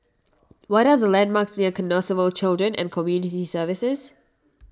what are the landmarks near Canossaville Children and Community Services